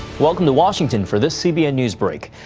welcome to washington for this cbn newsbreak.